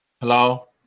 Hello